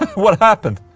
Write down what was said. what happened?